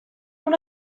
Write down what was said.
non